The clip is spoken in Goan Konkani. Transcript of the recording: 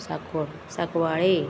साक सांकवाळे